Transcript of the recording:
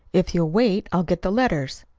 if you'll wait i'll get the letters.